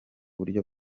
buryo